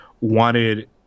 wanted